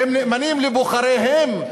שהן נאמנות לבוחריהן,